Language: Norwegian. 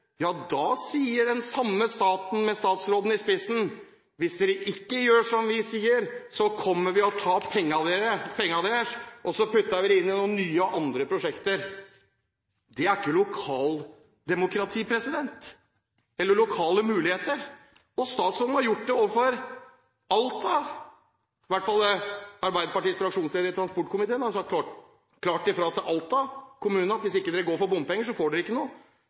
Da sier den samme staten, med statsråden i spissen: Hvis dere ikke gjør som vi sier, kommer vi og tar pengene deres, og så putter vi dem inn i noen andre nye prosjekter. Det er ikke lokaldemokrati eller lokale muligheter. Statsråden har gjort det overfor Alta. Arbeiderpartiets fraksjonsleder i transportkomiteen har i hvert fall sagt klart fra til Alta kommune at hvis ikke dere går for bompenger, får dere ikke noe.